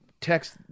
text